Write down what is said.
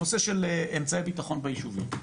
הנושא של אמצעי בטחון ביישובים,